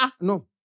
No